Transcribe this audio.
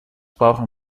brauchen